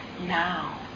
now